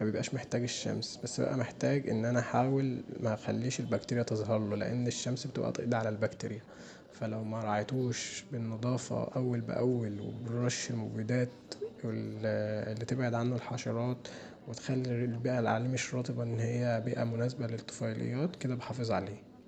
مبيبقاش محتاج الشمس بس بيبقي محتاج ان انا احاول مخليش البكتريا تظهرله لان الشمس بتبقي تقضي علي البكتريا فلو نراعيتوش بالنضافه أول بأول وبالرش المبيدات اللي تبعد عنه الحشرات وتخلي البيئه اللي عليه مش رطبه ان هي بيئه مناسبه للطفيليات، كدا بحافظ عليه.